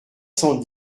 cent